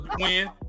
win